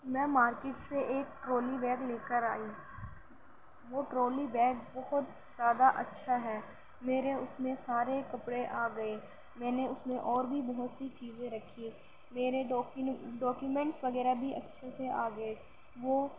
میں مارکیٹ سے ایک ٹرالی بیگ لے کر آئی وہ ٹرالی بیگ بہت زیادہ اچھا ہے میرے اُس میں سارے کپڑے آ گیے میں نے اُس میں اور بھی بہت سی چیزیں رکھی میرے ڈاکیومنٹس وغیرہ بھی اچھے سے آ گیے وہ